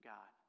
God